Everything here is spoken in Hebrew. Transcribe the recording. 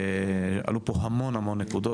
עלו פה המון נקודות.